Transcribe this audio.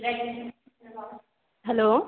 hello